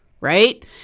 right